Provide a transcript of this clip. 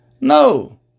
No